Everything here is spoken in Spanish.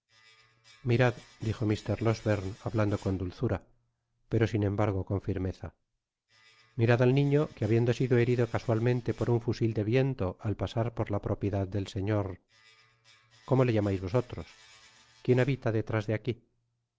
miraü dijo mr losberne hablando con dulzura pero sin embargo con firmeza mirad al niño que habiendo sido herido casualmente por un fusil de viento al pasar por la propiedad del señor cómo le llamais vosotros quién habita detrás de aqui